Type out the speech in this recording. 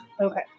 Okay